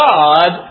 God